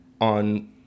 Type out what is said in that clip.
on